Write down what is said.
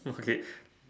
okay